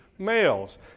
males